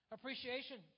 Appreciation